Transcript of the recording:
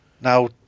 Now